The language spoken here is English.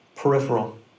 Peripheral